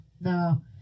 No